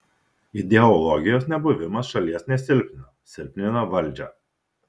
ideologijos nebuvimas šalies nesilpnina silpnina valdžią